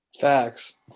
Facts